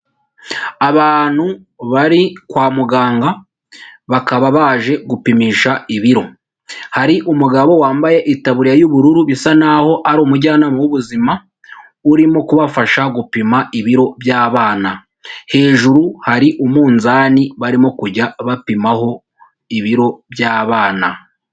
Abantu bari kwa muganga bakaba baje gupimisha ibiro, hari umugabo wambaye itaburiya y'ubururu bisa naho aho ari umujyanama w'ubuzima urimo kubafasha gupima ibiro by'abana, hejuru hari umunzani barimo kujya bapimaho ibiro by'abana.